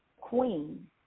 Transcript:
queen